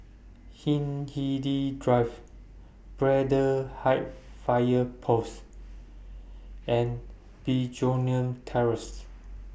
Hindhede Drive Braddell Heights Fire Post and Begonia Terrace